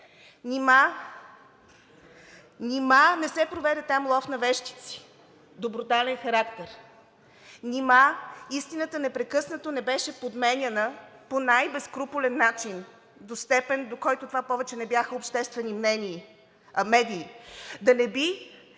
кръгове? Нима не се проведе там лов на вещици до брутален характер? Нима истината непрекъснато не беше подменяна по най-безскрупулен начин до степен, до която това повече не бяха обществени медии? Да не би